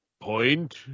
point